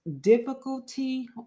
difficulty